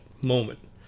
moment